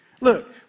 Look